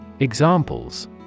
Examples